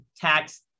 tax